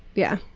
yeah,